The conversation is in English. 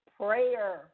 prayer